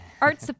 Art